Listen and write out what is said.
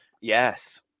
Yes